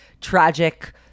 tragic